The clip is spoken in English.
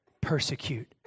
persecute